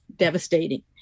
devastating